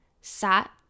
sat